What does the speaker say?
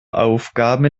aufgaben